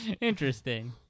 interesting